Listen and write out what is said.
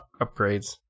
upgrades